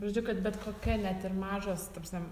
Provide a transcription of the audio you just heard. žodžiu kad bet kokia net ir mažos ta prasme